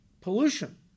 pollution